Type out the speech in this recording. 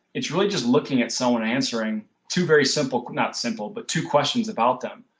it's really just looking at someone answering two very simple, not simple but two questions about them.